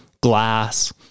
glass